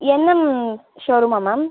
nm ஷோரூமா ma'am